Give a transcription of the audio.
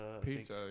Pizza